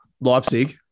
Leipzig